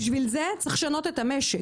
בשביל זה צריך לשנות את המשק.